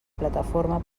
plataforma